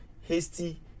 hasty